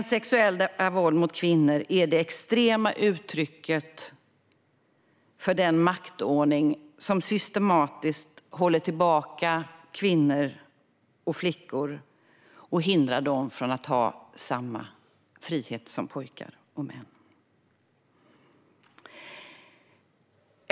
Sexuellt våld mot kvinnor är det extrema uttrycket för den maktordning som systematiskt håller tillbaka kvinnor och flickor och hindrar dem från att ha samma frihet som pojkar och män.